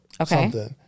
Okay